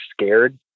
scared